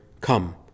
Come